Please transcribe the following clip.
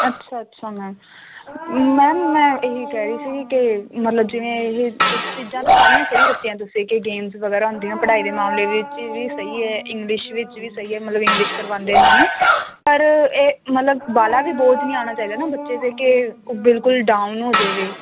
ਅੱਛਾ ਅੱਛਾ ma'am ma'am ਮੈਂ ਇਹ ਹੀ ਕਹਿ ਰਹੀ ਸੀਗੀ ਕਿ ਮਤਲਬ ਜਿਵੇਂ ਇਹ ਇ ਚੀਜ਼ਾਂ ਤਾਂ ਸਾਰੀਆਂ ਸਹੀ ਦੱਸੀਆਂ ਤੁਸੀਂ ਕਿ ਗੇਮਜ਼ ਵਗੈਰਾ ਹੁੰਦੀਆਂ ਪੜ੍ਹਾਈ ਦੇ ਮਾਮਲੇ ਵਿੱਚ ਵੀ ਸਹੀ ਹੈ ਇੰਗਲਿਸ਼ ਵਿੱਚ ਵੀ ਸਹੀ ਹੈ ਮਤਲਬ ਇੰਗਲਿਸ਼ ਕਰਵਾਉਂਦੇ ਇਹਨਾਂ ਨੂੰ ਪਰ ਇਹ ਮਤਲਬ ਬਾਹਲਾ ਵੀ ਬੋਝ ਨਹੀਂ ਆਉਣਾ ਚਾਹੀਦਾ ਨਾ ਬੱਚੇ 'ਤੇ ਕਿ ਉਹ ਬਿਲਕੁਲ ਡਾਊਨ ਹੋ ਜਾਵੇ